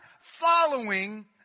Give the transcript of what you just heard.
following